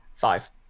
five